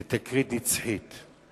לתקרית נצחית.